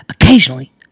Occasionally